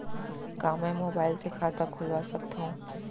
का मैं मोबाइल से खाता खोलवा सकथव?